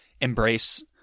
embrace